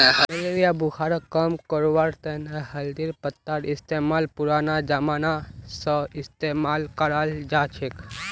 malaria बुखारक कम करवार तने हल्दीर पत्तार इस्तेमाल पुरना जमाना स इस्तेमाल कराल जाछेक